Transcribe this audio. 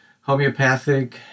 homeopathic